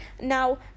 now